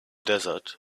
desert